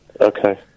Okay